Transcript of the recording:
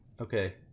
Okay